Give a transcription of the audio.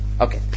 Okay